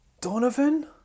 Donovan